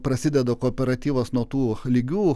prasideda kooperatyvas nuo tų lygių